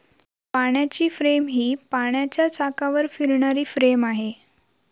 पाण्याची फ्रेम ही पाण्याच्या चाकावर फिरणारी फ्रेम आहे